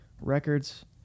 records